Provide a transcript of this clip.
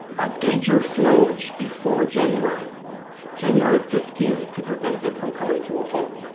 update your flows before january january fifteen to prevent them from coming to a halt.